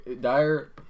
Dire